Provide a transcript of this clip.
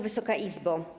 Wysoka Izbo!